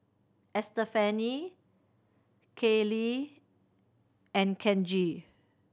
Estefani Kayley and Kenji